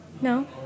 No